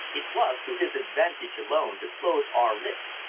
it was to his advantage alone to close our lips,